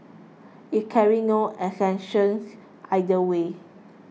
it carries no assertions either way